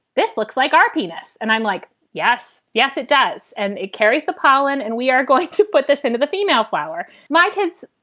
this looks like our penis. and i'm like, yes, yes, it does. and it carries the pollen. and we are going to put this into the female flower. my kids,